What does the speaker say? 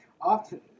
Often